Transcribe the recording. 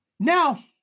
Now